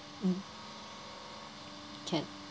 mm can